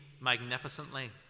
magnificently